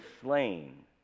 slain